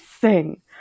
sing